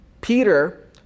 Peter